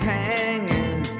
hanging